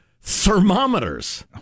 thermometers